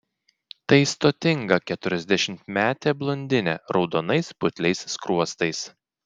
tai stotinga keturiasdešimtmetė blondinė raudonais putliais skruostais